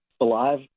alive